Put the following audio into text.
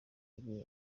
mujyi